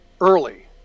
early